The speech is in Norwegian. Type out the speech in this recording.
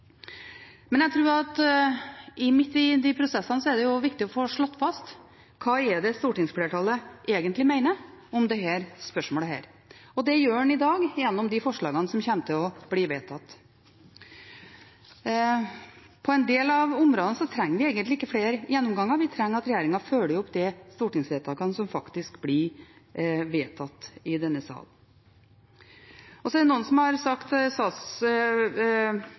I de prosessene tror jeg det er viktig å få slått fast hva stortingsflertallet egentlig mener i dette spørsmålet. Det gjør man i dag gjennom de forslagene som kommer til å bli vedtatt. På en del av områdene trenger vi egentlig ikke flere gjennomganger. Vi trenger at regjeringen følger opp stortingsvedtakene som faktisk blir fattet i denne salen. Saksordføreren sa at dette var en omkamp om det vi tapte i forrige periode. Ja, det er en omkamp. Det